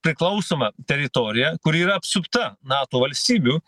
priklausoma teritorija kuri yra apsupta nato valstybių